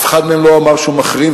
אף אחד מהם לא אמר שהוא מחרים,